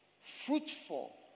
fruitful